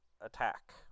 attack